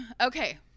Okay